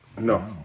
No